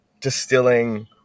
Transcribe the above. distilling